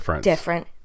different